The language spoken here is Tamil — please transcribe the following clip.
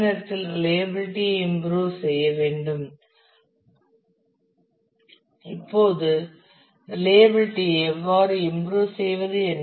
அதே நேரத்தில் ரிலையபிளிட்டி ஐ இம்புரூவ் செய்ய வேண்டும் இப்போது ரிலையபிளிட்டி ஐ எவ்வாறு இம்புரூவ் செய்வது